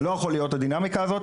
זה לא יכול להיות הדינמיקה הזאת.